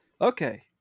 Okay